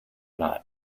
not